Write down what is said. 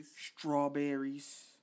Strawberries